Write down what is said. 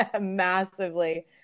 Massively